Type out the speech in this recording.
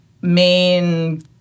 main